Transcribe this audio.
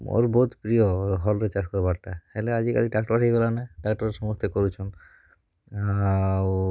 ମୋର ବୋହୁତ ପ୍ରିୟ ହ ହଲରେ ଚାଷ କରବାରଟା ହେଲେ ଆଜିକାଲି ଟ୍ରାକ୍ଟର ହେଇଗଲାନେ ଟ୍ରାକ୍ଟର ସମସ୍ତେ କରୁଛନ୍ ଆଉ